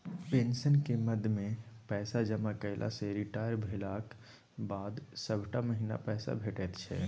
पेंशनक मदमे पैसा जमा कएला सँ रिटायर भेलाक बाद सभटा महीना पैसे भेटैत छै